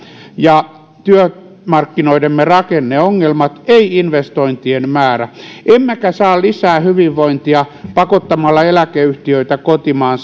ja työmarkkinoidemme rakenneongelmat ei investointien määrä emmekä saa lisää hyvinvointia pakottamalla eläkeyhtiöitä kotimaan